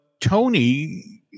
Tony